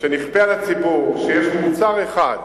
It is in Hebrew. שנכפה על הציבור, כשיש מוצר אחד,